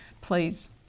please